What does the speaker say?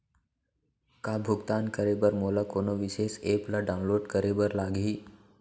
का भुगतान करे बर मोला कोनो विशेष एप ला डाऊनलोड करे बर लागही